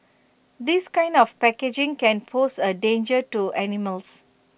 this kind of packaging can pose A danger to animals